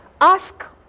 Ask